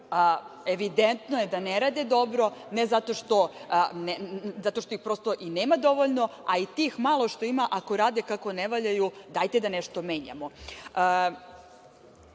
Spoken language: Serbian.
evidentno je da ne rade dobro, zato što ih i nema dovoljno, a i tih malo što ima, ako rade kako ne valjaju, dajte da nešto menjamo. Takođe,